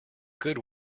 good